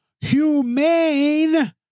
humane